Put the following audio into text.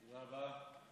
תודה רבה.